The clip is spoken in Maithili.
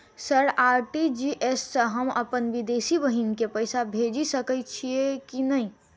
सर आर.टी.जी.एस सँ हम अप्पन विदेशी बहिन केँ पैसा भेजि सकै छियै की नै?